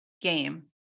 game